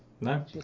no